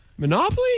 Monopoly